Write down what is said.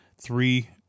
three